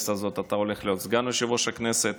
בכנסת הזאת אתה הולך להיות סגן יושב-ראש הכנסת,